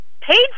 paid